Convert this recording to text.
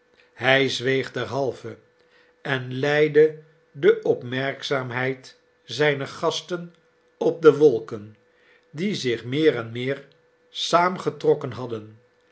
hij zweeg derhalve en leidde de opmerkzaamheid zijner gasten op de wolken die zich meer en meer saamgetrokken hadden